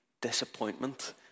disappointment